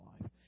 life